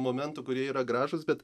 momentų kurie yra gražūs bet